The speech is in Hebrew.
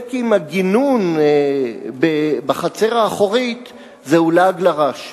להתעסק עם הגינון בחצר האחורית זה לעג לרש.